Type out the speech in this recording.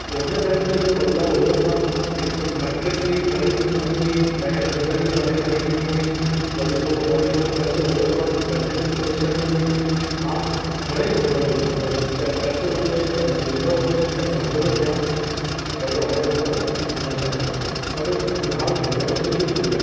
पोइ हुन टाइम ते हेतिरो बदिलाउ हुओ कोन हिकु मैट्रिक्स ई घणेई कुझु हूंदी हुई ॾह दर्जा ई पढ़ाई घणेई हुंदी हुई वरी पोइ हर कंहिं वटि पैसो हुओ कोन पैसे में बि परेशानी हूंदी हुई हाणे घणेई बदिलाउ अची वियो त चाहे पैसो हुजे चाहे सुविधाऊं हुजनि चाहे साधन थिया त ॾाढो आहियो बदिलाउ हिन हिसाब सां ॾाढो सुधार थियो आहे ॾाढो सुधिरी चुकियो आहे